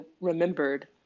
remembered